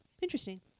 Interesting